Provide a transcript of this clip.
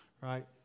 right